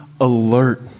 alert